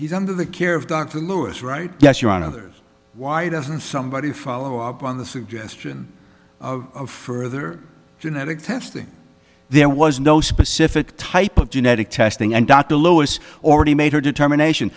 he's under the care of dr louis right yes you're on others why doesn't somebody follow up on the suggestion of further genetic testing there was no specific type of genetic testing and dr lois already made her determination